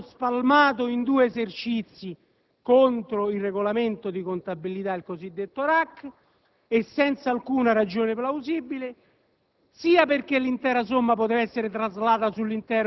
di 42 milioni di euro (tra l'altro spalmato in due esercizi, contro il Regolamento di amministrazione e contabilità, il cosiddetto RAC, e senza alcuna ragione plausibile,